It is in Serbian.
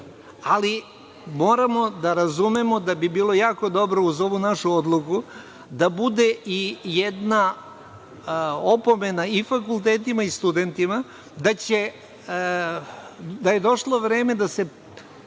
ali moramo da razumemo da bi bilo jako dobro, uz ovu našu odluku, da bude i jedna opomena i fakultetima i studentima da je došlo vreme da se